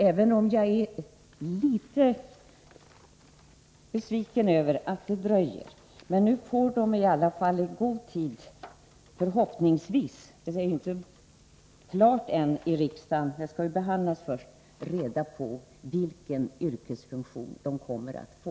Även om jag är litet besviken över det här dröjsmålet är jag ändå glad för att eleverna förhoppningsvis i god tid — frågan skall ju först behandlas i riksdagen — får reda på vilken yrkesfunktion de kommer att få.